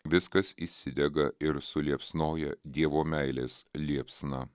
viskas įsidega ir suliepsnoja dievo meilės liepsna